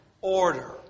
order